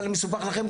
אבל מסובך לכם,